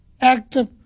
Active